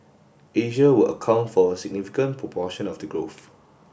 Asia will account for a significant proportion of the growth